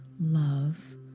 love